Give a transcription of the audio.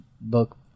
book